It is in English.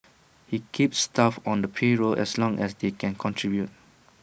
he keeps staff on the payroll as long as they can contribute